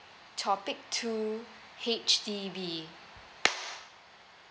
topic two H_D_B